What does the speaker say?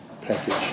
package